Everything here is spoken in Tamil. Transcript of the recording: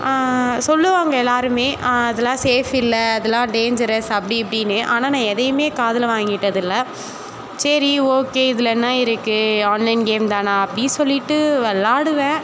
சொல்லுவாங்க எல்லோருமே அதெல்லாம் சேஃப் இல்லை அதெல்லாம் டேஞ்ஜரஸ் அப்படி இப்படின்னு ஆனால் நான் எதையும் காதில் வாங்கிட்டதில்ல சரி ஒகே இதில் என்ன இருக்குது ஆன்லைன் கேம்தானே அப்படி சொல்லிவிட்டு விளாடுவேன்